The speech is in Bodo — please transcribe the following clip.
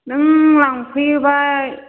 नों लांफैयोबा